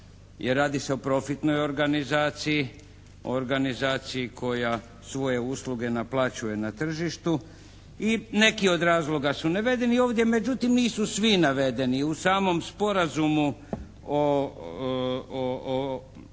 radi se o profitnoj organizaciji, organizaciji koja svoje usluge naplaćuje na tržištu i neki od razloga su navedeni ovdje. Međutim nisu svi navedeni. U samom sporazumu o ulasku